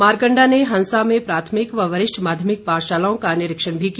मारकंडा ने हंसा में प्राथमिक व वरिष्ठ माध्यमिक पाठशालाओं का निरीक्षण भी किया